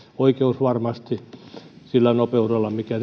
oi keusvarmasti sillä nopeudella mikä